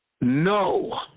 No